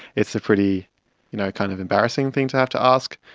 it's a pretty you know kind of embarrassing thing to have to ask,